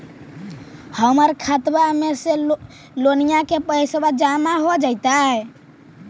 हमर खातबा में से लोनिया के पैसा जामा हो जैतय?